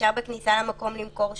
אפשר בכניסה למקום למכור שתייה.